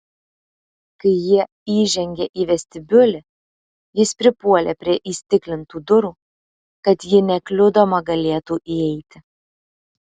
kai jie įžengė į vestibiulį jis pripuolė prie įstiklintų durų kad ji nekliudoma galėtų įeiti